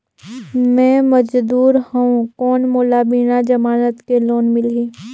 मे मजदूर हवं कौन मोला बिना जमानत के लोन मिलही?